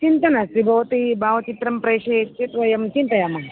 चिन्ता नास्ति भवती भावचित्रं प्रेषयति चेत् वयं चिन्तयामः